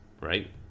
right